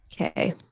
Okay